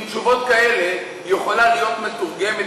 עם תשובות כאלה יכולה להיות מתורגמת